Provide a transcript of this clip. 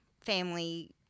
family